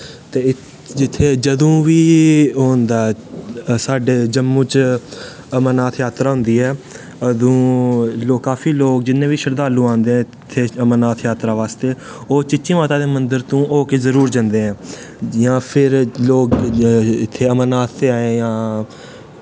ते जित्थे जदूं बी ओह् होंदा ऐ साढ़े जम्मू च अमरनाथ जात्तरा होंदी ऐ काफी लोग जिन्ने बी श्रद्धालू आंदे ऐ इत्थें अमरनाथ जात्तरा आस्ते ओह् चीची माता दे मन्दर तू हो के जरूर जंदे ऐं जियां फेर लोग अमरनाथ ते आएं जां